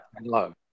love